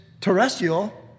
terrestrial